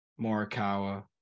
Morikawa